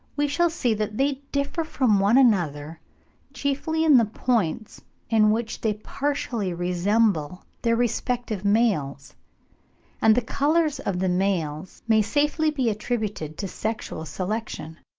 we shall see that they differ from one another chiefly in the points in which they partially resemble their respective males and the colours of the males may safely be attributed to sexual selection.